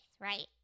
right